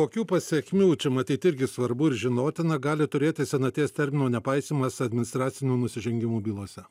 kokių pasekmių čia matyt irgi svarbu ir žinotina gali turėti senaties termino nepaisymas administracinių nusižengimų bylose